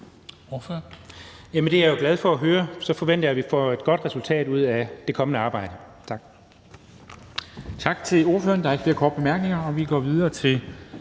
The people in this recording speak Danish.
Det er jeg jo glad for at høre. Så forventer jeg, at vi får et godt resultat ud af det kommende arbejde.